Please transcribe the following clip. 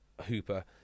Hooper